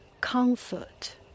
comfort